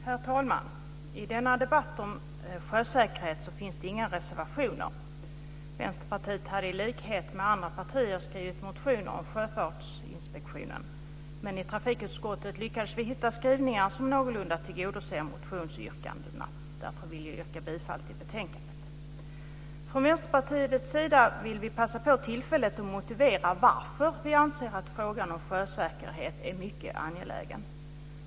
Herr talman! I denna debatt om sjösäkerhet finns det inga reservationer. Vänsterpartiet hade i likhet med andra partier skrivit motioner om Sjöfartsinspektionen, men i trafikutskottet lyckades vi hitta skrivningar som någorlunda tillgodoser motionsyrkandena. Därför vill jag yrka bifall till hemställan i betänkandet. Från Vänsterpartiets sida vill vi ta tillfället att motivera varför vi anser att frågan om sjösäkerhet är mycket angelägen.